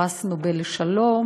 פרס נובל לשלום,